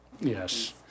Yes